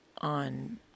on